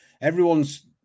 everyone's